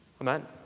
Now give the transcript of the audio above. Amen